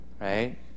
right